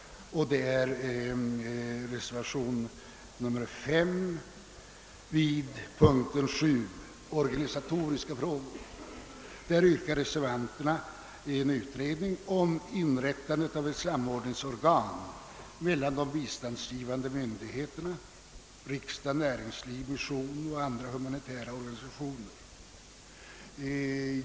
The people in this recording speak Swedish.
Det gäller reservationen 5 vid punkten 7 . Där yrkar reservanterna på en utredning om inrättande av ett samordningsorgan mellan de biståndsgivande myndigheterna: riksdag, näringsliv, mission och andra humanitära organisationer.